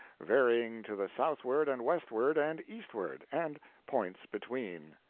varying to the southward and westward and eastward, and points between,